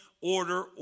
order